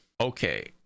Okay